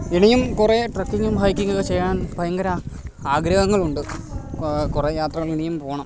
ഇനിയും കുറേ ട്രകിങ്ങും ഹൈകിങ്ങോക്കെ ചെയ്യാന് ഭയങ്കര ആഗ്രഹങ്ങളുണ്ട് കുറേ യാത്രകള് ഇനിയും പോകണം